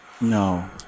No